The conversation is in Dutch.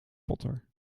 potter